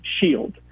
shield